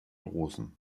rosen